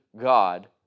God